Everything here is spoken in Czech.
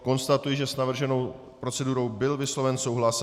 Konstatuji, že s navrženou procedurou byl vysloven souhlas.